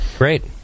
Great